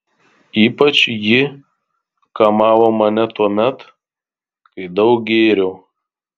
ypač ji kamavo mane tuomet kai daug gėriau